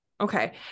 Okay